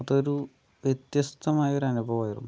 അതൊരു വ്യത്യസ്തമായൊരു അനുഭവമായിരുന്നു